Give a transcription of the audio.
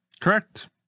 Correct